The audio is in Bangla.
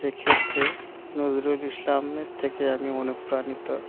সেক্ষেত্রে নজরুল ইসলামের থেকে আমি অনুপ্রাণিত